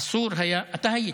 אסור היה, אתה היית,